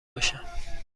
بشم